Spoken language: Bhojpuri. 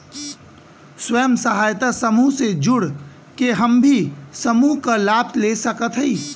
स्वयं सहायता समूह से जुड़ के हम भी समूह क लाभ ले सकत हई?